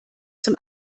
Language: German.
zum